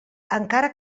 encara